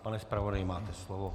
Pane zpravodaji, máte slovo.